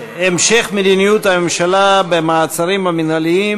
המשך מדיניות הממשלה במעצרים המינהליים